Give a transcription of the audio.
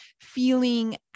feeling